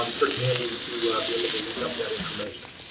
um pretty handy to ah be able to look up that information.